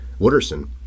Wooderson